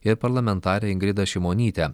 ir parlamentarę ingridą šimonytę